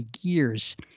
years